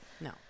no